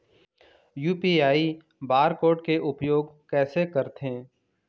UPI bar code के उपयोग कैसे करथें?